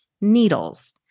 needles